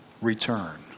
return